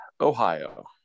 Ohio